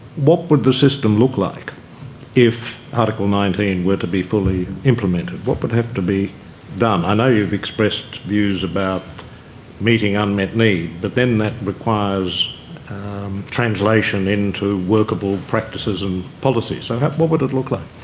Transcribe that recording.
what would the system look like if article nineteen were to be fully implemented? what would have to be done? i know you've expressed views about meeting unmet need but then that requires translation into workable practices and policies. so what would it look like?